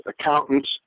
accountants